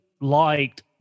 liked